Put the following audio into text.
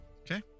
Okay